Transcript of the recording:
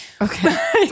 okay